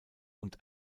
und